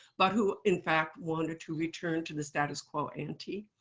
but who, in fact, wanted to return to the status quo ante,